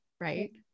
right